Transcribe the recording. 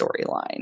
storyline